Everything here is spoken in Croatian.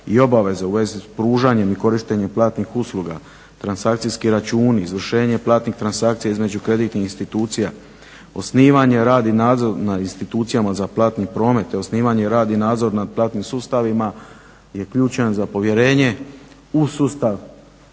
i obaveze u vezi pružanja i korištenja platnih usluga, transakcijski računi, izvršenje platnih transakcija između kreditnih institucija, osnivanje, rad i nadzor nad institucijama za platni promet te osnivanje, rad i nadzor nad platnim sustavima je ključan za povjerenje u sustav